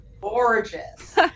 gorgeous